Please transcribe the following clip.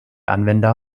anwender